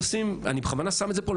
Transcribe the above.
אני בכוונה שם את זה פה,